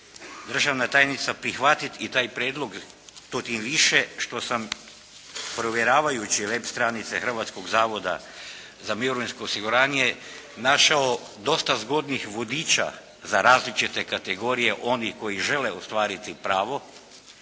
državna tajnica prihvatiti i taj prijedlog to tim više što sam provjeravajući web stranice Hrvatskog zavoda za mirovinsko osiguranje našao dosta zgodnih vodiča za različite kategorije onih koji žele ostvariti pravo,